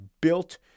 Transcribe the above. built